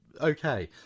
okay